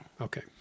Okay